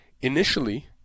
Initially